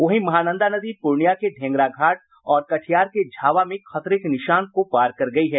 वहीं महानंदा नदी पूर्णिया के ढेंगरा घाट और कटिहार के झावा में खतरे के निशान को पार कर गयी है